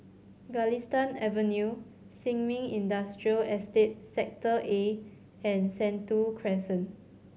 Galistan Avenue Sin Ming Industrial Estate Sector A and Sentul Crescent